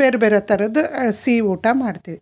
ಬೇರೆ ಬೇರೆ ಥರದ್ದು ಸಿಹಿ ಊಟ ಮಾಡ್ತೀವಿ